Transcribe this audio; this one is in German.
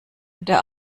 der